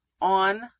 on